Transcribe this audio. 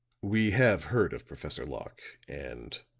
we have heard of professor locke, and,